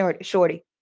Shorty